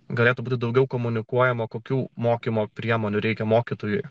galėtų būti daugiau komunikuojama kokių mokymo priemonių reikia mokytojui